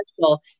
special